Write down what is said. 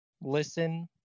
listen